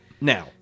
Now